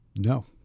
No